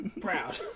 Proud